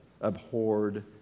abhorred